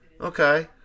Okay